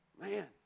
Man